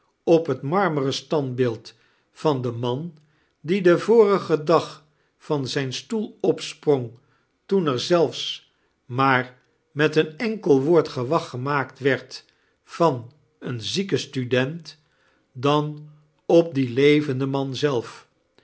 op het marmeren standbeeld van den man die den vorigen dag van zijn stoel opsprong toen pr zelfs maar met een enkel woord gewag gemaakt werd van een zieken student dan op dien levenden man zelf